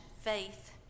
faith